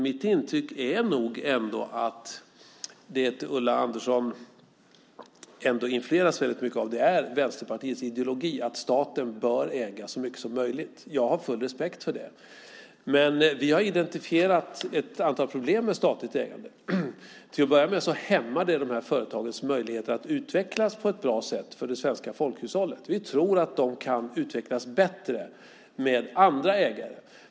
Mitt intryck är nog ändå att det som Ulla Andersson influeras mycket av är Vänsterpartiets ideologi att staten bör äga så mycket som möjligt. Jag har full respekt för det. Men vi har identifierat ett antal problem med statligt ägande. Till att börja med hämmar det företagens möjligheter att utvecklas på ett bra sätt för det svenska folkhushållet. Vi tror att de kan utvecklas bättre med andra ägare.